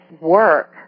work